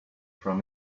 from